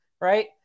right